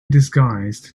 disguised